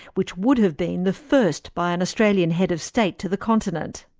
which would have been the first by an australian head of state to the continent.